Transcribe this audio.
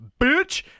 bitch